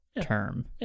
term